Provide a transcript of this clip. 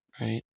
Right